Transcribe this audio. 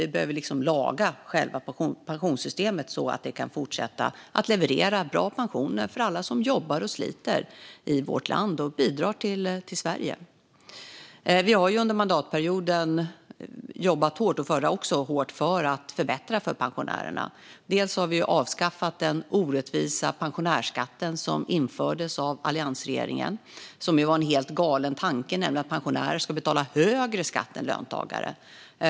Vi behöver laga själva pensionssystemet, så att det kan fortsätta att leverera bra pensioner för alla som jobbar och sliter i vårt land och bidrar till Sverige. Vi har under denna och föregående mandatperiod jobbat hårt för att förbättra för pensionärerna. Vi har avskaffat den orättvisa pensionärsskatten, som infördes av alliansregeringen och byggde på en helt galen tanke, nämligen att pensionärer ska betala högre skatt än löntagare.